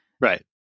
right